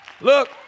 Look